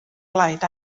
blaid